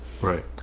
Right